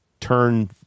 turn